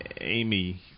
Amy